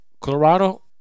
Colorado